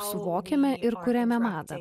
suvokiame ir kuriame madą